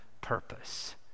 purpose